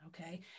okay